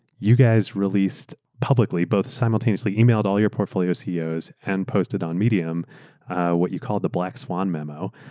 you guys released publically, both simultaneously, emailed all your portfolio ceos and posted on medium what you called the black swan memo.